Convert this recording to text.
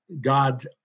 God